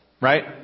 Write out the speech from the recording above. right